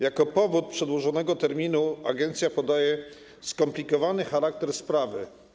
Jako powód przedłużenia terminu agencja podaje skomplikowany charakter sprawy.